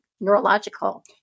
neurological